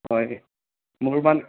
হয় মোৰ মান